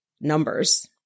numbers